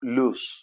lose